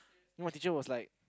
you know my teacher was like